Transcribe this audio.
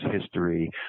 history